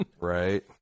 Right